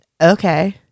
Okay